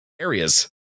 areas